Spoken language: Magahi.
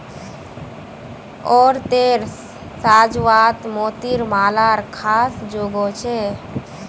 औरतेर साज्वात मोतिर मालार ख़ास जोगो छे